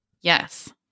yes